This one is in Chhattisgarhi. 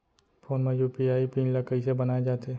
फोन म यू.पी.आई पिन ल कइसे बनाये जाथे?